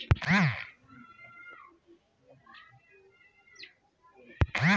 Loan ख़रीदने के लिए प्रक्रिया क्या है?